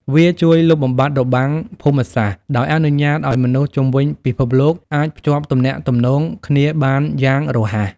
វាជួយលុបបំបាត់របាំងភូមិសាស្ត្រ ដោយអនុញ្ញាតឱ្យមនុស្សជុំវិញពិភពលោកអាចភ្ជាប់ទំនាក់ទំនងគ្នាបានយ៉ាងរហ័ស។